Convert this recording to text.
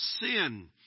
sin